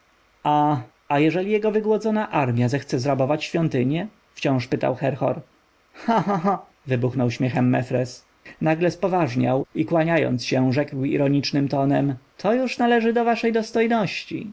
a a jeżeli jego wygłodzona armja zechce zrabować świątynie wciąż pytał herhor cha cha cha wybuchnął śmiechem mefres nagle spoważniał i kłaniając się rzekł ironicznym tonem to już należy do waszej dostojności